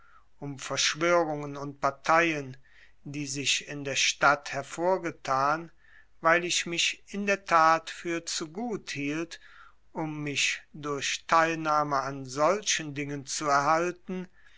um verschwörungen und parteien die sich in der stadt hervorgetan weil ich mich in der tat für zu gut hielt um mich durch teilnahme an solchen dingen zu erhalten